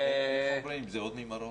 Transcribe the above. זה עוד ממרוקו.